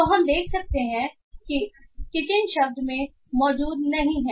तो हम देख सकते हैं कि किचन शब्द में मौजूद नहीं है